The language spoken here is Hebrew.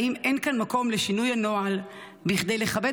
האם אין כאן מקום לשינוי הנוהל כדי לכבד